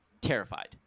terrified